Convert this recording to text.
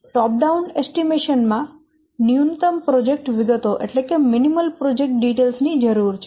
ટોપ down અંદાજ માં ન્યૂનતમ પ્રોજેક્ટ વિગતો ની જરૂર છે